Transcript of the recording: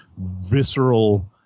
visceral